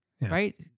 Right